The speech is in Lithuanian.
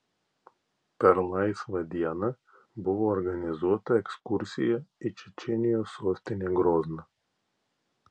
per laisvą dieną buvo organizuota ekskursija į čečėnijos sostinę grozną